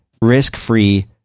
risk-free